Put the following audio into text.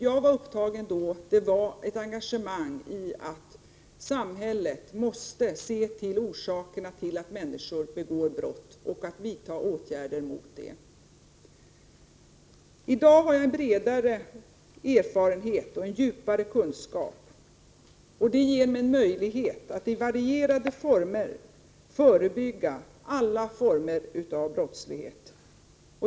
Jag var då engagerad i detta att samhället måste se på orsakerna till att människor begår brott och vidta åtgärder mot dessa orsaker. I dag har jag en bredare erfarenhet och en djupare kunskap. Det ger mig möjlighet att i varierade former förebygga alla former av brottslighet.